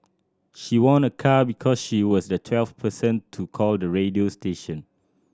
she won a car because she was the twelfth person to call the radio station